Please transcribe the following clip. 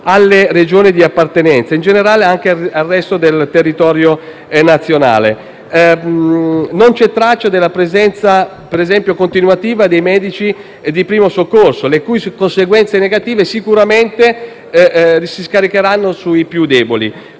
alle Regioni di appartenenza e, in generale, al resto del territorio nazionale. Non c'è traccia - ad esempio - della presenza continuativa dei medici di primo soccorso, con conseguenze negative che sicuramente si scaricheranno sui più deboli.